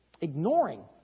Ignoring